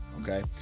Okay